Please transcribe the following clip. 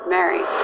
Mary